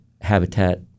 Habitat